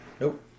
nope